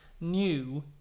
new